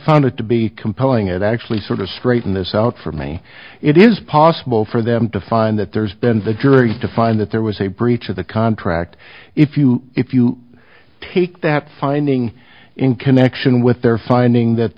found it to be compelling and actually sort of straighten this out for me it is possible for them to find that there's been the jury to find that there was a breach of the contract if you if you take that finding in connection with their finding that